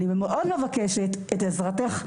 אני מאוד מבקשת את עזרתך,